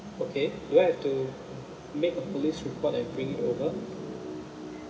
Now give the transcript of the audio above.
okay do I have to make a police report and bring it over